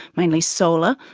mainly solar,